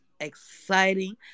exciting